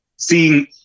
seeing